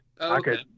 okay